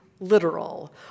literal